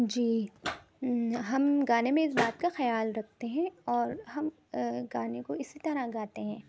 جی ہم گانے میں اس بات کا خیال رکھتے ہیں اور ہم گانے کو اسی طرح گاتے ہیں